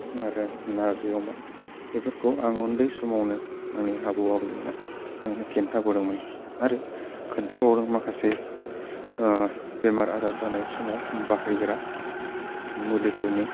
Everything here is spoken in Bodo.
आरो नारजि अमा बेफोरखौ आं उन्दै समावनो आंनि आबौ आबैमोना आंनो खेन्थाबोदोंमोन आरो खोन्थाबावदों माखासे बेमार आजार जानाय समाव बाहायग्रा मुलिफोरनि